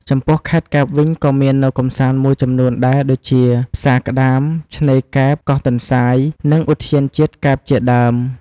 ចំពោះខេត្តកែបវិញក៏មាននៅកម្សាន្តមួយចំនួនដែរដូចជា ផ្សារក្ដាម ឆ្នេរកែប កោះទន្សាយ និងឧទ្យានជាតិកែបជាដើម។